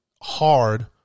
hard